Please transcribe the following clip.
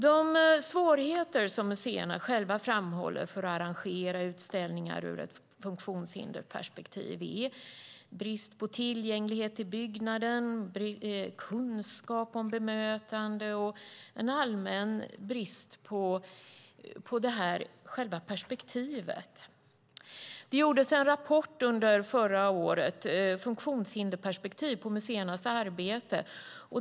De svårigheter museerna själva framhåller när det gäller att arrangera utställningar ur ett funktionshindersperspektiv är brist på tillgänglighet till byggnaden, brist på kunskap om bemötande och en allmän brist på själva perspektivet. Det gjordes en rapport under förra året, Funktionshinderperspektiv på museernas arbete .